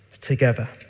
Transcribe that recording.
together